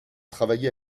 travaillé